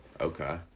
Okay